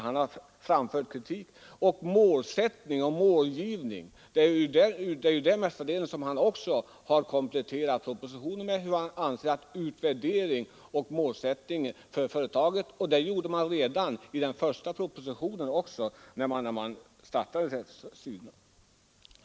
Vad beträffar målsättning och målangivning har statsrådet i propositionen kompletterat det som sades beträffande utvärdering och målsättning för företaget redan när denna verksamhet startade.